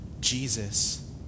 Jesus